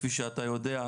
כפי שאתה יודע,